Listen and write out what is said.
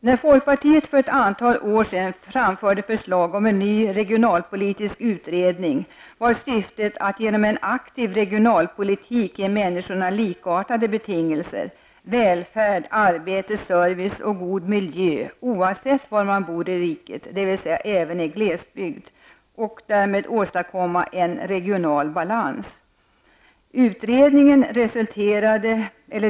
När folkpartiet för ett antal år sedan framförde förslag om en ny regionalpolitisk utredning var syftet att man genom en aktiv regionalpolitik skulle ge människor likartade betingelser -- välfärd, arbete, service och god miljö -- oavsett var i riket de bor, dvs. även i glesbygd, och därmed åstadkomma en regional balans.